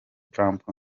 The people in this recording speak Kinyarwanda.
trump